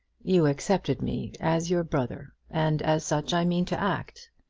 you accepted me as your brother, and as such i mean to act.